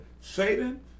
Satan